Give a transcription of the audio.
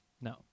No